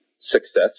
success